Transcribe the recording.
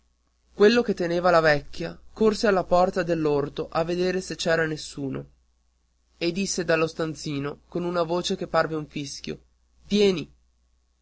quello che teneva la vecchia corse alla porta dell'orto a vedere se c'era nessuno e disse dallo stanzino con una voce che parve un fischio vieni